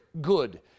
good